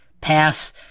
pass